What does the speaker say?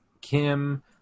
Kim